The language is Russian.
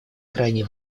крайне